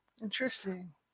Interesting